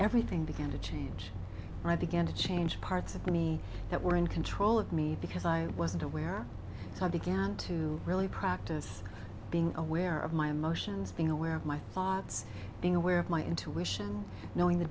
everything began to change and i began to change parts of me that were in control of me because i wasn't aware so i began to really practice being aware of my emotions being aware of my thoughts being aware of my intuition knowing the